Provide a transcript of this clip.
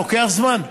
לוקח זמן.